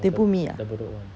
they put meat ah